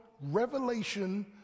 revelation